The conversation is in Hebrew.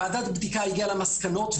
ועדת הבדיקה הגיעה למסקנות.